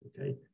Okay